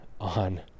on